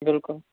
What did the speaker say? بلکل